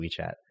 WeChat